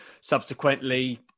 subsequently